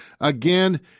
again